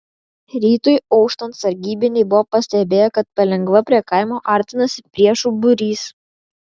rytui auštant sargybiniai buvo pastebėję kad palengva prie kaimo artinasi priešų būrys